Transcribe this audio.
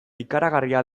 ikaragarria